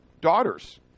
daughters